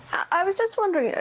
i was just wondering,